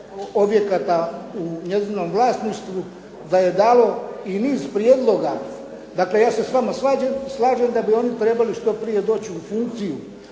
objekata u njezinom vlasništvu, da je dalo i niz prijedloga. Dakle ja se s vama slažem da bi oni trebali što prije doći u funkciju,